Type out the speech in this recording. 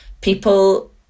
people